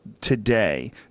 today